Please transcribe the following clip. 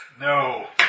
No